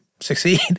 succeed